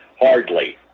hardly